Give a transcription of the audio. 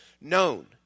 known